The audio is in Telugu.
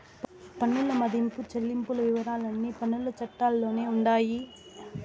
పన్నుల మదింపు చెల్లింపుల వివరాలన్నీ పన్నుల చట్టాల్లోనే ఉండాయి